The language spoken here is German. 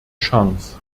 chance